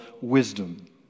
wisdom